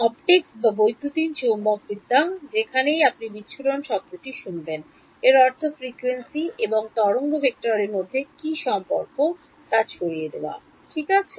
optics বা বৈদ্যুতিন চৌম্বকবিদ্যা যেখানেই আপনি বিচ্ছুরণ শব্দটি শুনবেন এর অর্থ ফ্রিকোয়েন্সি এবং তরঙ্গ ভেক্টরের মধ্যে কী সম্পর্ক তা ছড়িয়ে দেওয়া ঠিক আছে